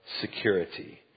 security